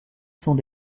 sont